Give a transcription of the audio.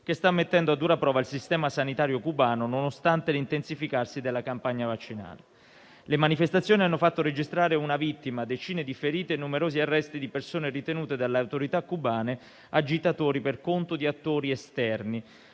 che sta mettendo a dura prova il sistema sanitario cubano, nonostante l'intensificarsi della campagna vaccinale. Le manifestazioni hanno fatto registrare una vittima, decine di feriti e numerosi arresti di persone ritenute dalle autorità cubane agitatori per conto di attori esterni.